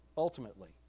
Ultimately